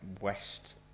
west